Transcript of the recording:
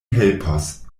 helpos